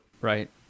Right